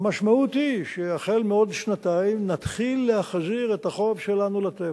המשמעות היא שהחל מעוד שנתיים נתחיל להחזיר את החוב שלנו לטבע.